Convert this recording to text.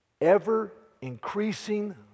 ever-increasing